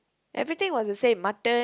everything was the same mutton